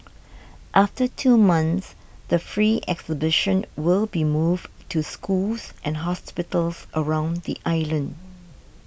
after two months the free exhibition will be moved to schools and hospitals around the island